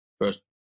first